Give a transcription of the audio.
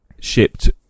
shipped